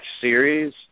series